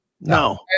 No